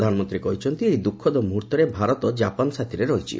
ପ୍ରଧାନମନ୍ତ୍ରୀ କହିଛନ୍ତି ଏହି ଦୂଃଖଦ ମୁହ୍ରର୍ତ୍ତରେ ଭାରତ ଜାପାନ ସାଥିରେ ରହିଛି